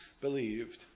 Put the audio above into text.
believed